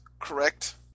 correct